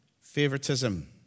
favoritism